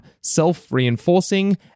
self-reinforcing